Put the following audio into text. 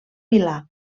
milà